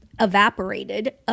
evaporated